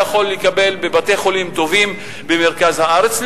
יכול לקבל בבתי-חולים טובים במרכז הארץ,